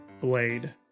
blade